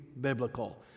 biblical